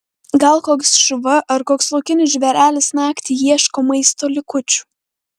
gal koks šuva ar koks laukinis žvėrelis naktį ieško maisto likučių